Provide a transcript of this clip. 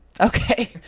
okay